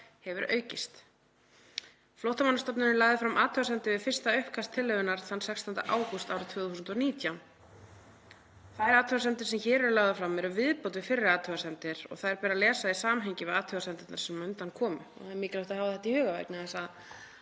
hefur aukist. Flóttamannastofnunin lagði fram athugasemdir við fyrra uppkast tillögunnar þann 16. ágúst árið 2019. Þær athugasemdir sem hér eru lagðar fram eru viðbót við fyrri athugasemdir og þær ber að lesa í samhengi við athugasemdirnar sem á undan komu.“ Það er mikilvægt að hafa þetta í huga vegna þess að